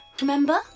remember